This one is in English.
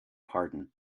pardon